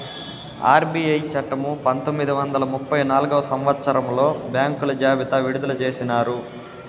RBI చట్టము పంతొమ్మిది వందల ముప్పై నాల్గవ సంవచ్చరంలో బ్యాంకుల జాబితా విడుదల చేసినారు